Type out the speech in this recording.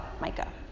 Micah